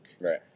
Right